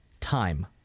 time